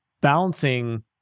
balancing